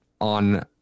on